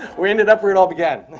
we ended up where it all began.